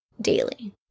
daily